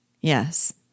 Yes